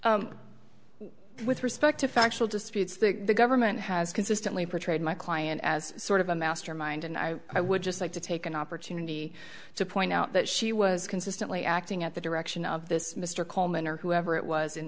with respect to factual disputes that the government has consistently portrayed my client as sort of a mastermind and i i would just like to take an opportunity to point out that she was consistently acting at the direction of this mr coleman or whoever it was in